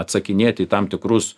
atsakinėt į tam tikrus